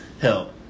Help